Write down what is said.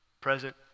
present